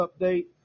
update